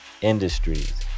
industries